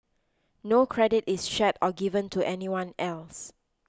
no credit is shared or given to anyone else